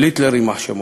של היטלר, יימח שמו,